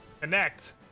connect